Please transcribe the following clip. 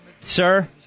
Sir